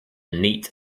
neat